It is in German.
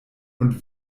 und